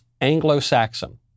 Anglo-Saxon